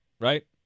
right